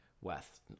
west